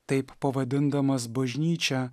taip pavadindamas bažnyčią